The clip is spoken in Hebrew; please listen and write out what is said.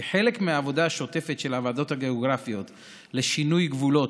כחלק מהעבודה השוטפת של הוועדות הגיאוגרפיות לשינוי גבולות,